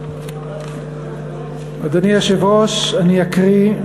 אדוני היושב-ראש, אני אקריא.